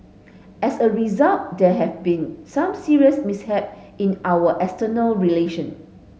as a result there have been some serious mishap in our external relation